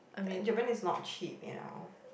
uh Japan is not cheap you know